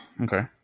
Okay